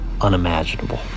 unimaginable